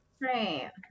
Right